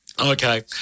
Okay